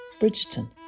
Bridgerton